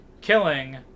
Killing